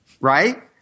Right